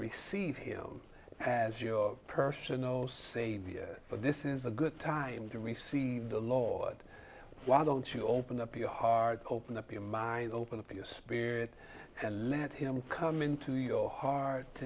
receive him as your personal savior but this is a good time to receive the lord why don't you open up your heart open up your mind open up your spirit and let him come into your heart